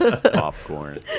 Popcorn